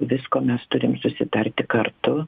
visko mes turim susitarti kartu